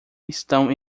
estão